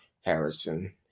Harrison